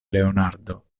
leonardo